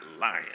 lying